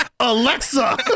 alexa